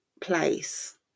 place